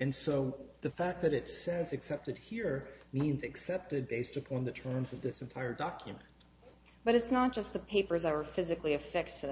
and so the fact that it says accepted here means accepted based upon the terms of this entire document but it's not just the papers are physically affects th